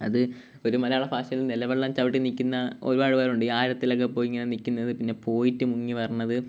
അത് ഒരു മലവെള്ളപ്പാച്ചിലിൽ നിലവെളളം ചവിട്ടി നില്ക്കുന്ന ഒരുപാട് പേരുണ്ട് ഈ ആഴത്തിലക്കു പോയി ഇങ്ങനെ നില്ക്കുന്നത് പിന്നെ പോയിട്ട് മുങ്ങിവരുന്നത്